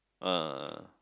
ah